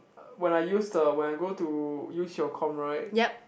when I use the when I go to use your com right